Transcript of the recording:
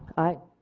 aye.